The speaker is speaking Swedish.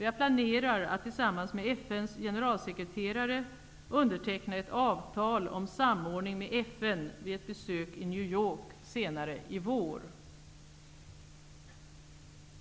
Jag planerar att tillsammans med FN:s generalsekreterare underteckna ett avtal om samordning med FN vid ett besök i New York senare i vår.